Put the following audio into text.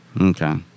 Okay